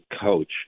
coach